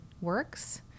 works